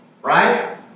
Right